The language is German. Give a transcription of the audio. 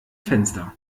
fenster